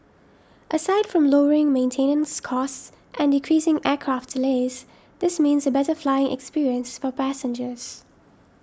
aside from lowering maintenance costs and decreasing aircraft delays this means a better flying experience for passengers